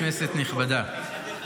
כנסת נכבדה,